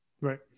right